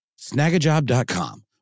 Snagajob.com